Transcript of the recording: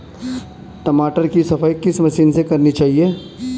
टमाटर की सफाई किस मशीन से करनी चाहिए?